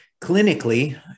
Clinically